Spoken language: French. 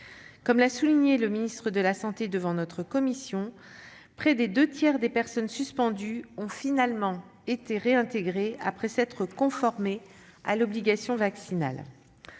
Comme l'a souligné le ministre devant notre commission, près des deux tiers des personnes suspendues ont finalement été réintégrées après s'être conformées à l'obligation vaccinale.